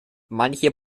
manche